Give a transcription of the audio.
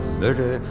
murder